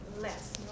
less